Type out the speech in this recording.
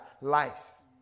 lives